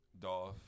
Dolph